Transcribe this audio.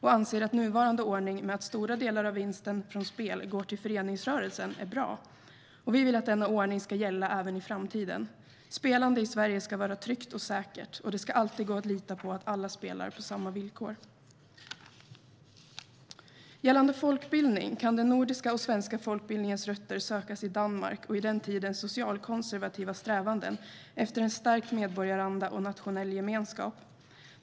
Vi anser att nuvarande ordning med att stora delar av vinsten från spel går till föreningsrörelsen är bra, och vi vill att denna ordning ska gälla även i framtiden. Spelande i Sverige ska vara tryggt och säkert, och det ska alltid gå att lita på att alla spelar på samma villkor. Gällande folkbildning kan den nordiska och svenska folkbildningens rötter sökas i Danmark och i den tidens socialkonservativa strävanden efter en stärkt medborgaranda och nationell gemenskap.